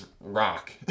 rock